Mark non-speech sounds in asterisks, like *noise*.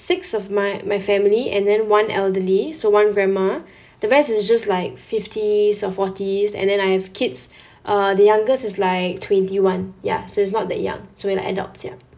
six of my my family and then one elderly so one grandma *breath* the rest is just like fifties or forties and then I have kids *breath* uh the youngest is like twenty one ya so it's not that young so we're like adult ya